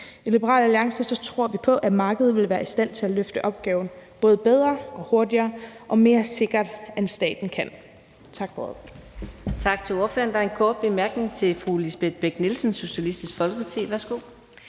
I Liberal Alliance tror vi på, at markedet vil være i stand til at løfte opgaven både bedre og hurtigere og mere sikkert, end staten kan.